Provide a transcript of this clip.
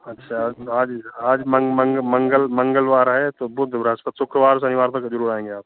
अच्छा आज आज आज मंगल मंगलवार है तो बुध बृहस्पति तो शुक्रवार शनिवार तक ज़रूर आएंगे हम